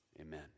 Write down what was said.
Amen